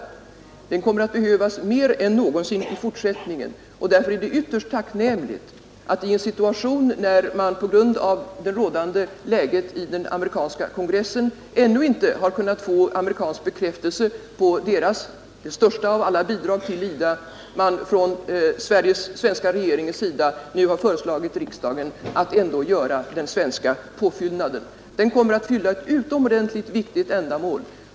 Hjälpen kommer att behövas nu mer än någonsin i fortsättningen, och därför är det ytterst tacknämligt att i en situation, när man på grund av det rådande läget i den amerikanska kongressen ännu inte har kunnat få amerikansk bekräftelse på bidraget därifrån — det största av alla — till IDA, man från den svenska regeringens sida nu har föreslagit riksdagen att ändå göra den svenska påfyllnaden. Den kommer att fylla ett utomordentligt viktigt ändamål.